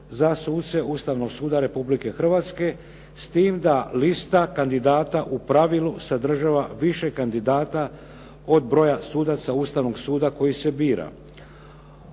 za suce Ustavnog suda Republike Hrvatske, s tim da lista kandidata u pravilu sadržava više kandidata od broja sudaca Ustavnog suda koji se bira.